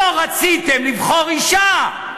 לא רציתם לבחור אישה.